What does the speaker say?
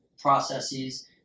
processes